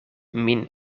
min